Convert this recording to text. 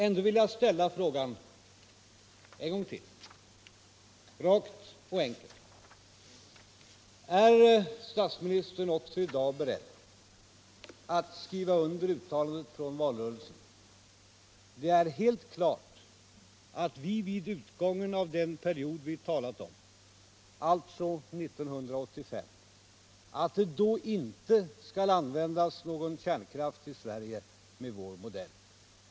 Ändå vill jag ställa frågan en gång till, rakt och enkelt: Är statsministern också i dag beredd att skriva under uttalandet från valrörelsen ”Det är helt klart att vi vid utgången av den period för energipolitiken, som vi har diskuterat, alltså 1985, att det då inte skall användas någon kärnkraft i Sverige med vår modell.